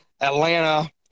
Atlanta